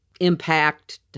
impact